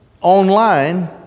online